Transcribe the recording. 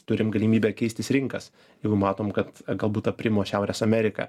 turim galimybę keistis rinkas jeigu matom kad galbūt aprimo šiaurės amerika